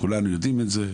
כולנו יודעים את זה,